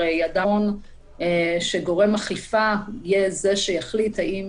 הרי אדם אחרון שגורם אכיפה יהיה זה שיחליט האם